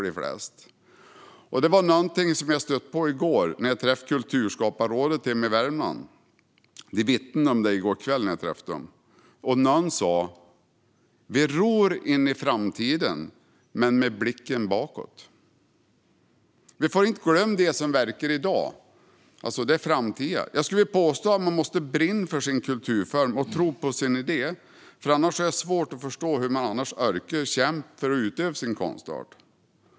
Detta var något jag stötte på i går när jag träffade kulturskaparrådet hemma i Värmland. De vittnade om det då. Någon sa: Vi ror in i framtiden men med blicken bakåt. Vi får inte glömma dem som verkar i dag. De är framtiden. Jag skulle vilja påstå att man måste brinna för sin kulturform och tro på sin idé. Annars har jag svårt att förstå hur man orkar kämpa för att få utöva sin konstart.